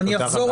תודה רבה.